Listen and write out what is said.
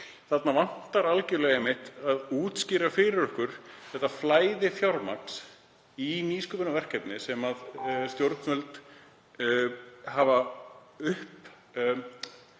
Það vantar algerlega að útskýra fyrir okkur þetta flæði fjármagns í nýsköpunarverkefni sem stjórnvöld hafa